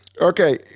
Okay